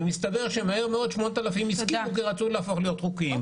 אבל מסתבר שמהר מאוד 8,000 הסכימו כי הם רצו להפוך להיות חוקיים.